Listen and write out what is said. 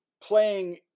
playing